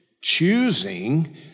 choosing